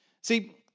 See